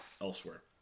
elsewhere